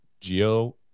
geo